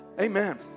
Amen